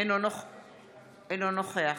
אינו נוכח